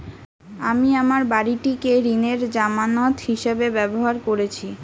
আমি আমার বাড়িটিকে ঋণের জামানত হিসাবে ব্যবহার করেছি